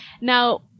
now